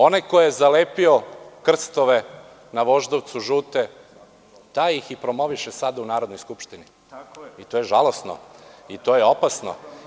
Onaj ko je zalepio krstove na Voždovcu žute, taj ih i promoviše sada u Narodnoj skupštini i to je žalosno i to je opasno.